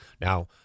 now